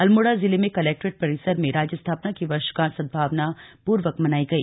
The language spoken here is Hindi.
अल्मोड़ा जिले में कलैक्ट्रेट परिसर में राज्य स्थापना की वर्ष गांठ सद्भावना पूर्वक मनाई गई